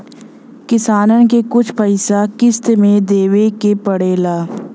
किसानन के कुछ पइसा किश्त मे देवे के पड़ेला